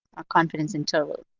or confidence interval.